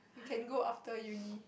you can go after Uni